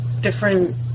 different